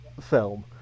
film